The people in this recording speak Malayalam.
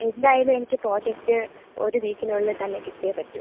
എന്തായാലും എനിക്ക് പ്രോജക്റ്റ് ഒരു വീക്കിനുള്ളിൽ തന്നെ കിട്ടിയെ പറ്റൂ